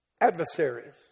adversaries